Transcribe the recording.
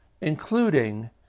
including